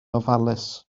ofalus